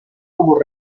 como